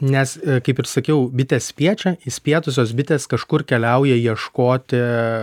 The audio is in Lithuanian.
nes kaip ir sakiau bitės spiečia išspietusios bitės kažkur keliauja ieškoti